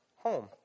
home